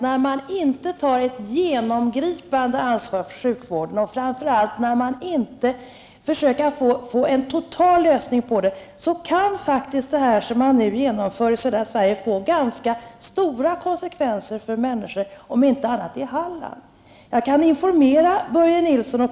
När man inte tar ett genomgripande ansvar för sjukvården och framför allt när man inte försöker få en total lösning kan det som nu genomförs i södra Sverige få ganska stora konsekvenser för människor, om inte annat i Halland.